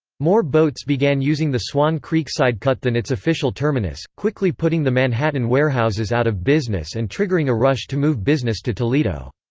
more boats began using the swan creek sidecut than its official terminus, quickly putting the manhattan warehouses out of business and triggering a rush to move business to toledo.